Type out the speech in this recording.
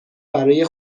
برای